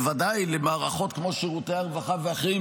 ובוודאי גם למערכות כמו שירותי הרווחה ואחרות,